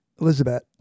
Elizabeth